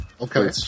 okay